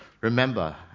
remember